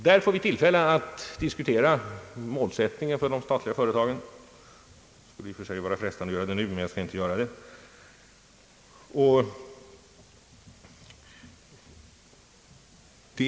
Då får vi tillfälle att diskutera målsättningen för de statliga företagen. Det skulle i och för sig vara frestande att göra det nu, men jag skall inte göra det.